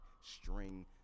string